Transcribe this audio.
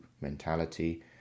mentality